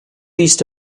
east